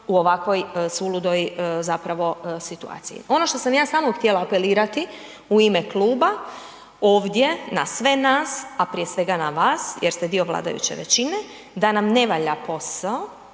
u ovakvoj suludoj zapravo situaciji. Ono što sam ja samo htjela apelirati u ime kluba ovdje na sve nas, a prije svega na vas jer ste dio vladajuće većine da nam ne valja posao